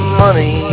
money